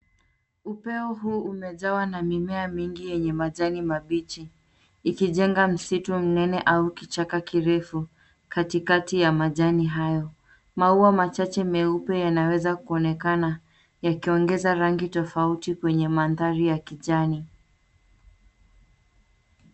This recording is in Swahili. Upeo huu umejawa na mimea mingi yenye majani mabichi, ikijenga msitu mnene au kichaka kirefu, katikati ya majani hayo. Maua machache meupe yanaweza kuonekana, yakiongeza rangi tofauti kwenye mandhari ya kijani.